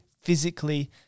physically